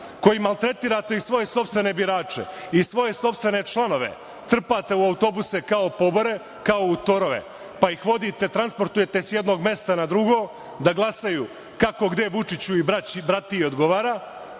koji maltretirate i svoje sopstvene birače i svoje sopstvene članove trpate po autobusima kao u torove, pa ih transportujete sa jednog mesta na drugo da glasaju kako gde Vučiću i bratiji odgovara